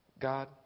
God